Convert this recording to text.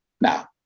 Now